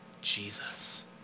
Jesus